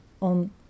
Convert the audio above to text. on